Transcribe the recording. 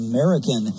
American